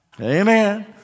Amen